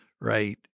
right